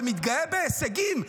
ומתגאה בהישגים.